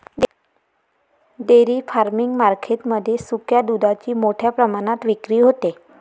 dairy farming market मध्ये सुक्या दुधाची मोठ्या प्रमाणात विक्री होते